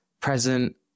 present